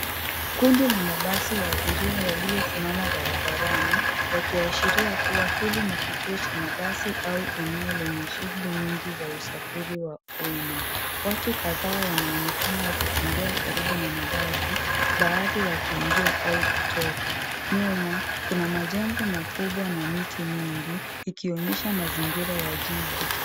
Kundi la mabasi na abiria waliosimama barabarani yakiashiria kuwa hili ni kituo cha mabasi au eneo lenye shuguli nyingi za usafiri wa umma. Watu kadhaa wanaonekana wakitembea karibu na mabasi baadhi wakiingia au kutoka. Nyuma kuna majengo makubwa na miti mingi ikionyesha mazingira ya jiji.